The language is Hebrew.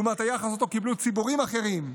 לעומת היחס שאותו קיבלו ציבורים אחרים,